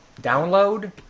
download